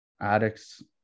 addicts